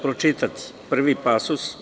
Pročitaću prvi pasus.